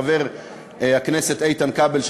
חבר הכנסת איתן כבל,